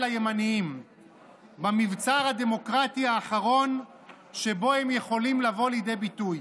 הימנים במבצר הדמוקרטי האחרון שבו הם יכולים לבוא לידי ביטוי.